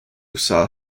saw